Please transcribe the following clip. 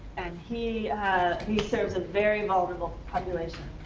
and he serves a very vulnerable population.